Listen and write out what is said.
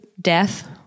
death